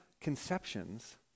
conceptions